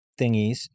thingies